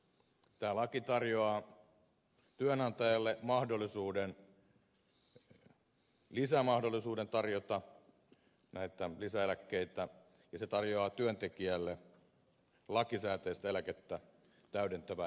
tämä laki tarjoaa työnantajalle lisämahdollisuuden tarjota näitä lisäeläkkeitä ja se tarjoaa työntekijälle lakisääteistä eläkettä täydentävää eläketurvaa